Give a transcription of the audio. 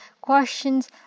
questions